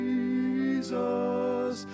Jesus